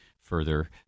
further